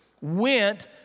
went